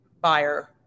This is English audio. buyer